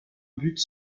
but